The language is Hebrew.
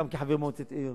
גם כחבר מועצת עיר